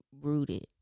rooted